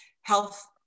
health